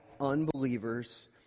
unbelievers